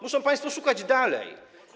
Muszą państwo szukać dalej.